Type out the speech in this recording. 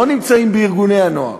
לא נמצאים בארגוני הנוער.